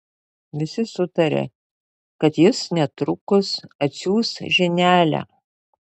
visi sutarė kad jis netrukus atsiųs žinelę